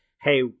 Hey